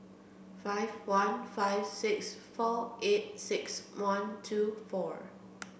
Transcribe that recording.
five one five six four eight six one two four